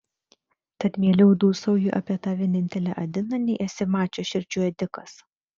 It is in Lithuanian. tad mieliau dūsauji apie tą vienintelę adiną nei esi mačo širdžių ėdikas